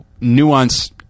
nuance